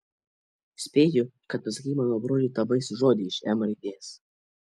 spėju kad pasakei mano broliui tą baisų žodį iš m raidės